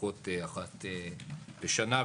לפחות אחת לשנה,